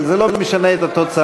אבל זה לא משנה את התוצאה.